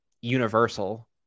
universal